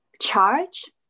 charge